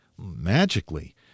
Magically